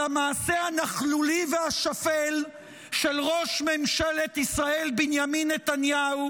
המעשה הנכלולי והשפל של ראש ממשלת ישראל בנימין נתניהו,